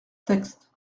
texte